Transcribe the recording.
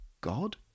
God